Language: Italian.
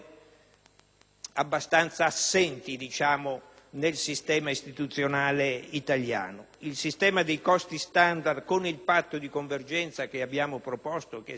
piuttosto assenti nel sistema istituzionale italiano. Il sistema dei costi standard con il patto di convergenza, che abbiamo proposto e che è stato